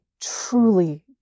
truly